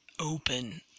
open